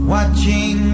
Watching